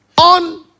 On